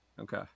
okay